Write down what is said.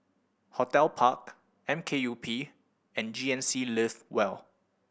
Hotel Park M K U P and G N C Live well